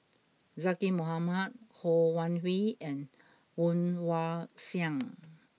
Zaqy Mohamad Ho Wan Hui and Woon Wah Siang